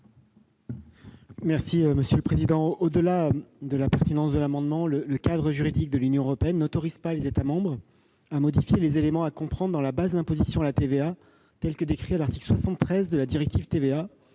l'avis du Gouvernement ? Au-delà de la pertinence de l'amendement, le cadre juridique de l'Union européenne n'autorise pas les États membres à modifier les éléments à comprendre dans la base d'imposition à la TVA, tels qu'ils sont décrits à l'article 73 de la directive TVA.